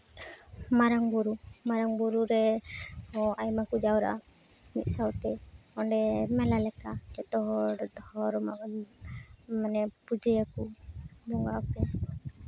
ᱢᱟᱨᱟᱝ ᱵᱩᱨᱩ ᱢᱟᱨᱟᱝ ᱵᱩᱨᱩ ᱨᱮᱦᱚᱸ ᱟᱭᱢᱟ ᱠᱚ ᱡᱟᱣᱨᱟᱜᱼᱟ ᱢᱤᱫ ᱥᱟᱶᱛᱮ ᱚᱸᱰᱮ ᱢᱮᱞᱟ ᱞᱮᱠᱟ ᱡᱚᱛᱚᱦᱚᱲ ᱫᱷᱚᱨᱢᱚ ᱢᱟᱱᱮ ᱯᱩᱡᱟᱹᱭᱟᱠᱚ ᱱᱚᱣᱟᱠᱚ